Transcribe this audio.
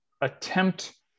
attempt